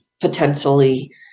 potentially